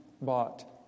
bought